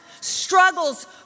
struggles